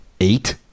eight